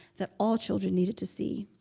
that all children needed to see.